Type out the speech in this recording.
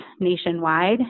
nationwide